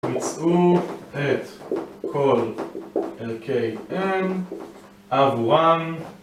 מצאו את כל ערכי n, קו one...